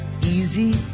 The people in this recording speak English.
easy